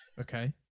Okay